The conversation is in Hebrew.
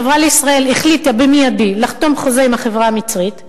"החברה לישראל" החליטה מייד לחתום חוזה עם החברה המצרית EMG,